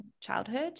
childhood